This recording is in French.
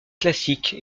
classique